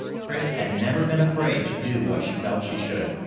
chris had never been afraid to do what she felt she should.